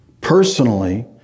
personally